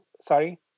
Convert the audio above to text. sorry